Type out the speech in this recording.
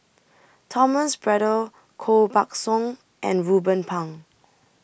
Thomas Braddell Koh Buck Song and Ruben Pang